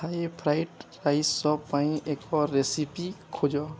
ଥାଇ fried rice ପାଇଁ ଏକ ରେସିପି ଖୋଜ